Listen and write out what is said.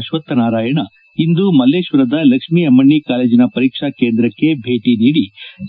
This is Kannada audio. ಅಶ್ವತ್ಯನಾರಾಯಣ ಇಂದು ಮಲ್ಲೇಶ್ವರದ ಲಕ್ಷ್ಮೀ ಅಮೃಣ್ಣಿ ಕಾಲೇಜಿನ ಪರೀಕ್ಷಾ ಕೇಂದ್ರಕ್ಷೆ ಭೇಟಿ ನೀಡಿ